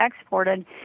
exported